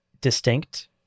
distinct